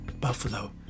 buffalo